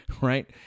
right